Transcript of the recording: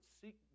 seek